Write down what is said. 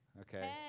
Okay